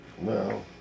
No